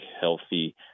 healthy